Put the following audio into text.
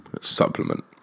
supplement